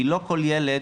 כי לא כל ילד